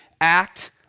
act